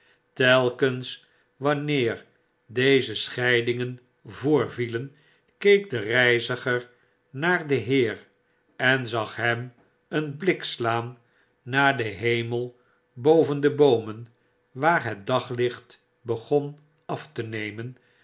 telkens wanneer deze scheidingen voorvielen keek de reiziger naar den heer en zag hem een blik slaan naar den hemel boven de boomen waar het daglicht begon af te nemen